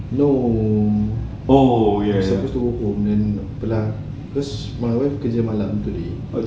no I was through home then okay lah cause my wife kerja malam today